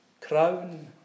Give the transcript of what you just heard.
Crown